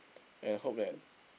and hope that